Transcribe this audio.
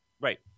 Right